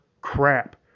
crap